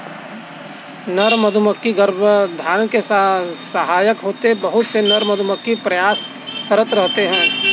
नर मधुमक्खी गर्भाधान में सहायक होते हैं बहुत से नर मधुमक्खी प्रयासरत रहते हैं